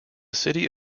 city